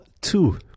two